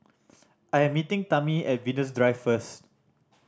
I am meeting Tami at Venus Drive first